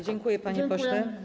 Dziękuję, panie pośle.